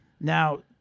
now